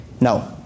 no